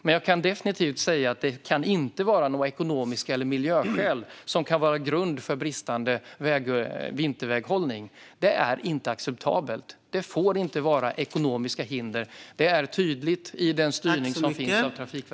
Men jag kan definitivt säga att det inte kan vara några ekonomiska skäl eller miljöskäl som kan vara grund för bristande vinterväghållning. Det är inte acceptabelt. Det får inte vara ekonomiska hinder. Det är tydligt i den styrning som finns av Trafikverket.